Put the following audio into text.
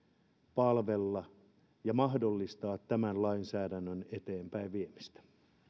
palvella ja mahdollistaa tämän lainsäädännön eteenpäin viemistä